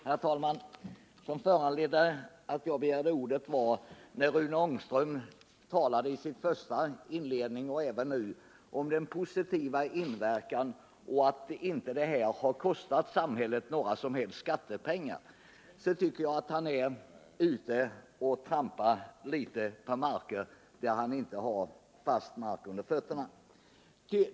Herr talman! Anledningen till att jag begärt ordet är att Rune Ångström i sitt inledningsanförande talade om den positiva inverkan som denna garanti haft och att den inte kostat samhället några som helst skattepengar. Han återkom till den saken även i sin replik nyss. När han säger det har han knappast fast mark under fötterna.